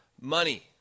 money